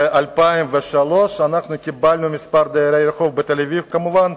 ב-2003 מספר דרי הרחוב, בתל-אביב, כמובן,